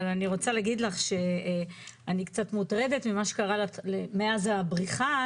אבל אני רוצה להגיד לך שאני קצת מוטרדת ממה שקרה מאז הבריחה,